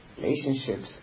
Relationships